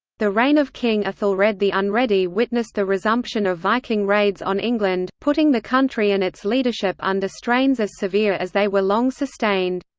the reign of king aethelred the unready witnessed the resumption of viking raids on england, putting the country and its leadership under strains as severe as they were long sustained.